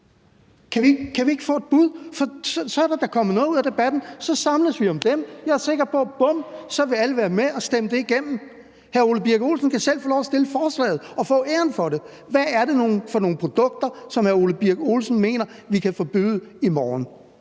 Kan vi ikke få et bud? For så er der da kommet noget ud af debatten; så samles vi om det, og jeg er sikker på, at bum, så vil alle være med og stemme det igennem. Hr. Ole Birk Olesen kan selv få lov at fremsætte forslaget og få æren for det. Hvad er det for nogle produkter, som hr. Ole Birk Olesen mener vi kan forbyde i morgen?